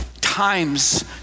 times